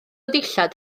dillad